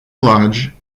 lodge